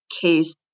case